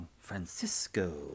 Francisco